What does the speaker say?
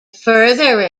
further